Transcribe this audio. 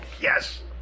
yes